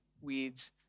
weeds